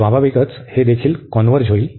तर स्वाभाविकच हे देखील कॉन्व्हर्ज होईल